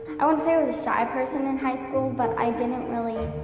i wouldn't say i was a shy person in high school. but i didn't really